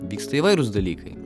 vyksta įvairūs dalykai